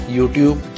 YouTube